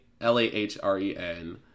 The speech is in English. l-a-h-r-e-n